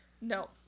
No